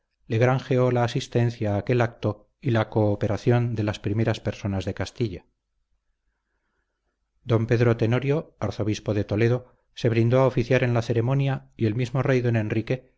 le granjeó la asistencia a aquel acto y la cooperación de las primeras personas de castilla don pedro tenorio arzobispo de toledo se brindó a oficiar en la ceremonia y el mismo rey don enrique